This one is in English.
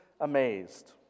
amazed